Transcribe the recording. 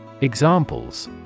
Examples